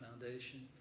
foundation